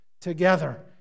together